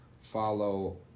follow